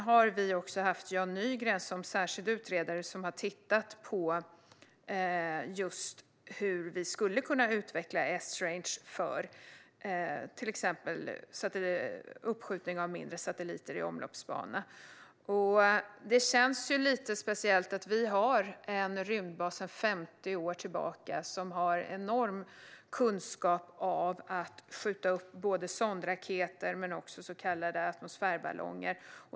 Vi har också haft Jan Nygren som särskild utredare, och han har tittat på just hur vi skulle kunna utveckla Esrange till exempel när det gäller uppskjutning av mindre satelliter i omloppsbana. Det känns lite speciellt att vi sedan 50 år tillbaka har en rymdbas med enorm kunskap om att skjuta upp inte bara sondraketer utan även så kallade atmosfärballonger.